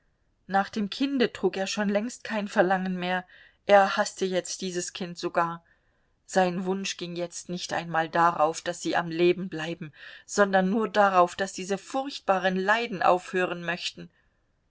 nach dem kinde trug er schon längst kein verlangen mehr er haßte jetzt dieses kind sogar sein wunsch ging jetzt nicht einmal darauf daß sie am leben bleiben sondern nur darauf daß diese furchtbaren leiden aufhören möchten